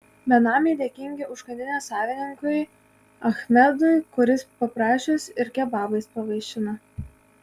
benamiai dėkingi užkandinės savininkui achmedui kuris paprašius ir kebabais pavaišina